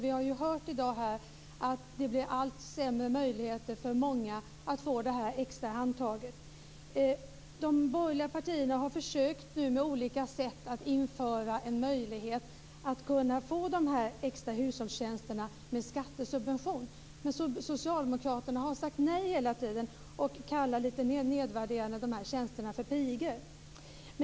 Vi har i dag hört att det blir allt sämre möjligheter för många att få ett extra handtag. De borgerliga partierna har försökt på olika sätt att införa en möjlighet att kunna få extra hushållstjänster med skattesubvention. Socialdemokraterna har sagt nej hela tiden och kallar lite nedvärderande de tjänsterna för pigor.